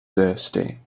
thirsty